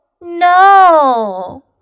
no